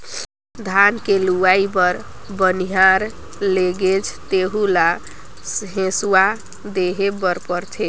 धान के लूवई बर बनिहार लेगजे तेहु ल हेसुवा देहे बर परथे